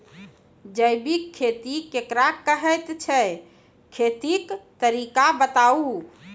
जैबिक खेती केकरा कहैत छै, खेतीक तरीका बताऊ?